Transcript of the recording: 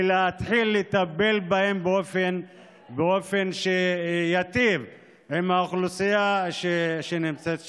ולהתחיל לטפל בהן באופן שייטיב עם האוכלוסייה שנמצאת שם.